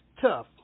tough